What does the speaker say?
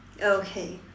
okay